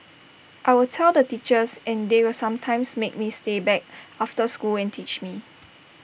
I'll tell the teachers and they will sometimes make me stay back after school and teach me